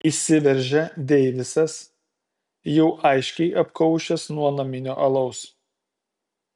įsiveržia deivisas jau aiškiai apkaušęs nuo naminio alaus